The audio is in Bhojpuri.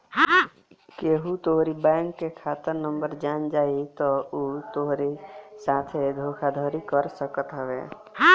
केहू तोहरी बैंक के खाता नंबर जान जाई तअ उ तोहरी साथे धोखाधड़ी कर सकत हवे